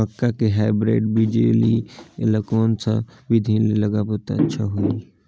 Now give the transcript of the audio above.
मक्का के हाईब्रिड बिजली ल कोन सा बिधी ले लगाबो त अच्छा होहि?